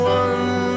one